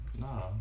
no